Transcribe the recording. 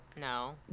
No